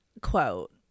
quote